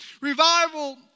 Revival